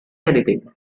anything